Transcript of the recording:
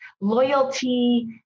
loyalty